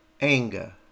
anger